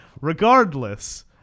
regardless